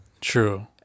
true